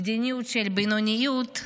מדיניות של בינוניות.